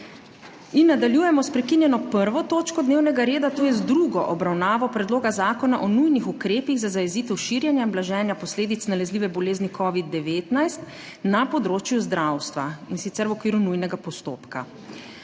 Nadaljujemo s prekinjeno1. točko dnevnega reda, to je z drugo obravnavo Predloga zakona o nujnih ukrepih za zajezitev širjenja in blaženja posledic nalezljive bolezni COVID-19 na področju zdravstva, in sicer v okviru nujnega postopka.